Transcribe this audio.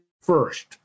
first